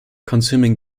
consuming